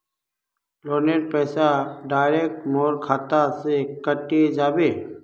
लोनेर पैसा डायरक मोर खाता से कते जाबे?